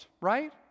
right